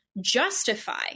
justify